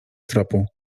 tropu